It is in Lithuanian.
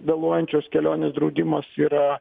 vėluojančios kelionės draudimas yra